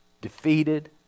Defeated